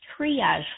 triage